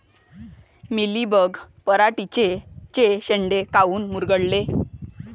Mealybug पराटीचे चे शेंडे काऊन मुरगळते?